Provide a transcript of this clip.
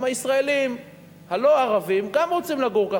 גם הישראלים הלא-ערבים רוצים לגור כך,